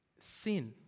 Sin